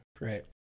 right